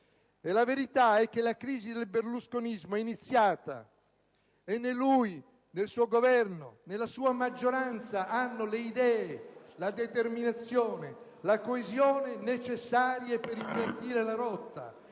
La verità è che la crisi del berlusconismo è iniziata e né lui, né il suo Governo, né la sua maggioranza hanno le idee, la determinazione e la coesione necessarie per invertire la rotta.